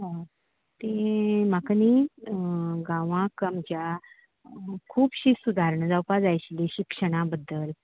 ती म्हाका न्ही गावांक आमच्या खूबशीं सुदारणां जावपाक जाय आशिल्ली शिक्षणां बद्दल